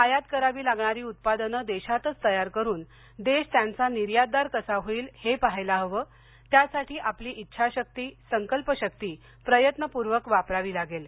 आयात करावी लागणारी उत्पादनं देशातच तयार करून देश त्यांचा निर्यातदार कसा होईल हे पाहायला हवे त्यासाठी आपली इच्छाशक्ती संकल्पशक्ती प्रयत्नपूर्वक वापरावी लागेल